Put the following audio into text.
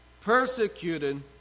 Persecuted